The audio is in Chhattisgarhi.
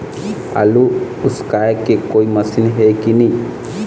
आलू उसकाय के कोई मशीन हे कि नी?